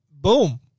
boom